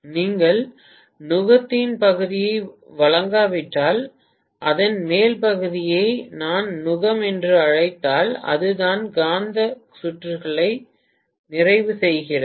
பேராசிரியர் நீங்கள் நுகத்தின் பகுதியை வழங்காவிட்டால் அந்த மேல் பகுதியை நான் நுகம் என்று அழைத்தால் அதுதான் காந்த சுற்றுகளை நிறைவு செய்கிறது